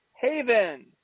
Haven